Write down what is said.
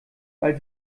weil